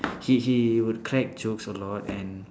he he will crack jokes a lot and